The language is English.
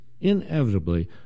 inevitably